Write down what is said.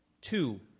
Two